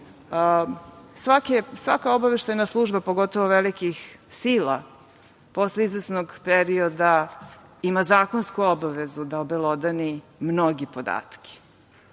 svaka obaveštajna služba, pogotovo velikih sila posle izvesnog perioda ima zakonsku obavezu da obelodani mnoge podatke.